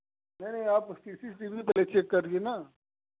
नहीं नहीं आप उस सी सी टी वी में देखिए करिए ना